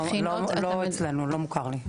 לא מוכר לי,